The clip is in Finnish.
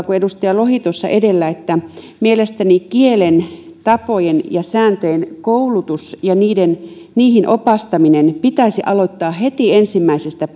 kuin edustaja lohi tuossa edellä mielestäni kielen tapojen ja sääntöjen koulutus ja niihin opastaminen pitäisi aloittaa heti ensimmäisestä